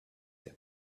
der